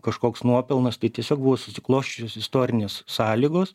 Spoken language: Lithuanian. kažkoks nuopelnas tai tiesiog buvo susiklosčiusios istorinės sąlygos